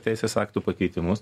teisės aktų pakeitimus